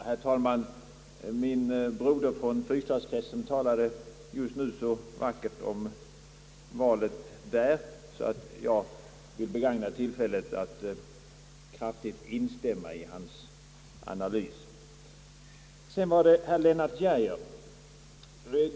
Herr talman! Min broder från fyrstadskretsen talade just nu så vackert om valet där att jag vill begagna tillfället att kraftigt instämma i hans analys. Så till herr Lennart Geijer!